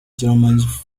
germans